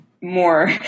more